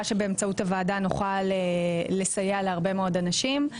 שבאמצעות הוועדה נוכל לסייע להרבה מאוד אנשים.